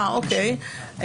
אוקיי,